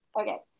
Okay